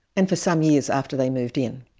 and for some years after they moved in.